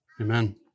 Amen